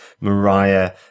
mariah